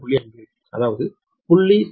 5 அதாவது 0